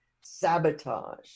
sabotage